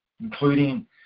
including